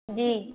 جی